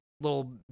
little